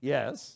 Yes